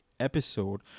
Episode